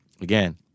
again